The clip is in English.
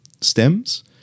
stems